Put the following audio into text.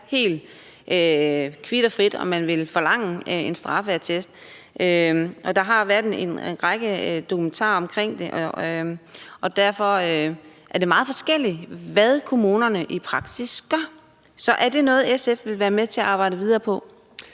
helt frit, om man vil forlange en straffeattest. Der har været en række dokumentarer om det, og det er meget forskelligt, hvad kommunerne i praksis gør. Så er det noget, SF vil være med til at arbejde videre på?